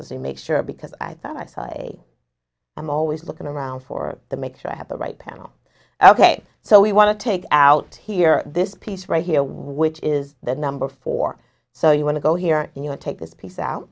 a make sure because i thought i saw a i'm always looking around for to make sure i have the right panel ok so we want to take out here this piece right here which is the number four so you want to go here and you know take this piece out